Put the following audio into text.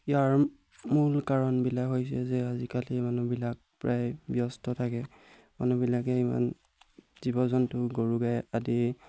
ইয়াৰ মূল কাৰণবিলাক হৈছে যে আজিকালি মানুহবিলাক প্ৰায় ব্যস্ত থাকে মানুহবিলাকে ইমান জীৱ জন্তু গৰু গাই আদি